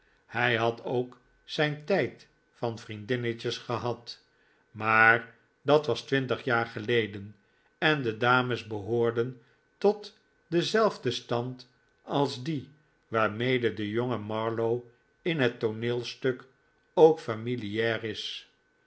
hij had ook zijn tijd van vriendinnetjes gehad maar dat was twintig jaar geleden en de dames behoorden tot denzelfden stand als die waarmede de jonge marlow in het tooneelstuk ook familiaar is